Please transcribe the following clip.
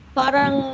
parang